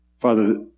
Father